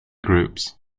groups